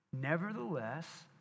Nevertheless